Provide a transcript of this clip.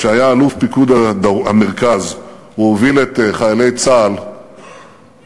כשהיה אלוף פיקוד המרכז הוא הוביל את חיילי צה"ל למערכה